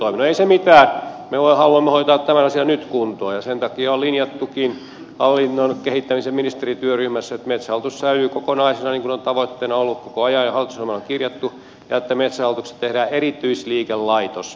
no ei se mitään me haluamme hoitaa tämän asian nyt kuntoon ja sen takia on linjattukin hallinnon kehittämisen ministerityöryhmässä että metsähallitus säilyy kokonaisena niin kuin on tavoitteena ollut koko ajan ja hallitusohjelmaan on kirjattu ja että metsähallituksesta tehdään erityisliikelaitos